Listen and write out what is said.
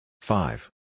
five